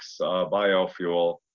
biofuel